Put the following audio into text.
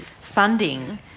funding